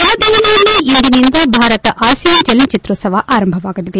ನವದೆಹಲಿಯಲ್ಲಿ ಇಂದಿನಿಂದ ಭಾರತ ಆಸಿಯಾನ ಚಲನಚಿತ್ರೋತ್ಸವ ಆರಂಭವಾಗಲಿದೆ